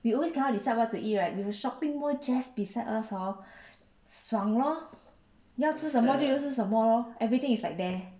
we always cannot decide what to eat right with a shopping mall just beside us hor 爽 lor 要吃什么就去吃什么 lor everything is like there